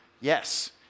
yes